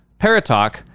Paratalk